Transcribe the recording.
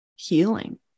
healing